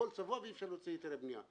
הכול צבוע ואי-אפשר להוציא היתרי בניה,